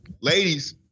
Ladies